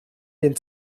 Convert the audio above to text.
den